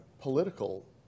political